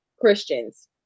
Christians